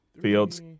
Fields